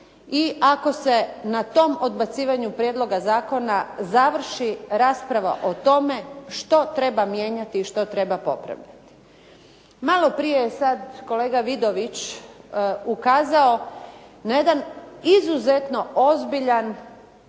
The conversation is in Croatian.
i ako se na tom odbacivanju prijedloga zakona završi rasprava o tome što treba mijenjati i što treba popravljati. Malo prije je sad kolega Vidović ukazao na jedan izuzetno ozbiljan